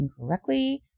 incorrectly